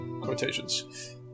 Quotations